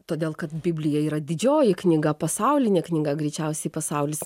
todėl kad biblija yra didžioji knyga pasaulinė knyga greičiausiai pasaulis